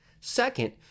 Second